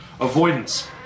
Avoidance